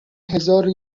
هزارو